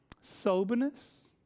soberness